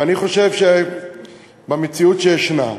אני חושב שבמציאות שישנה,